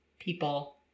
people